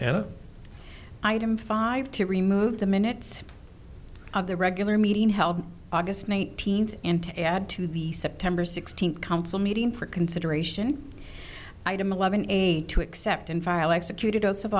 and item five to remove the minutes of the regular meeting held august nineteenth and to add to the september sixteenth council meeting for consideration item eleven eight to accept and file executed oaths of